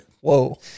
Whoa